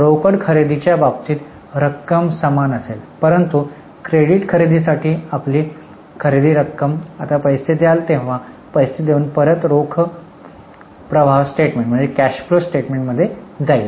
रोकड खरेदीच्या बाबतीत रक्कम समान असेल परंतु क्रेडिट खरेदीसाठी आपली खरेदी आता पैसे द्याल तेव्हा पैसे देऊन रोख प्रवाह स्टेटमेंटमध्ये जाईल